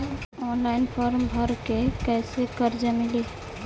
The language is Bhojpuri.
ऑनलाइन फ़ारम् भर के कैसे कर्जा मिली?